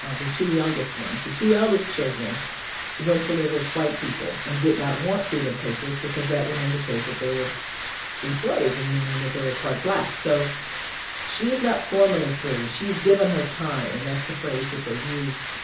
ah the two youngest ones. the two eldest children went to live as white people and did not want freedom papers because that would indicate that they were enslaved and meaning that they were part black. so she is not formally freed. she's given her time, and that's the phrase that they used.